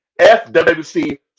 FWC